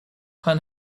upon